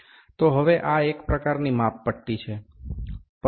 તો હવે આ એક પ્રકારની માપપટ્ટી છે